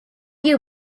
you